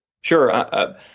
Sure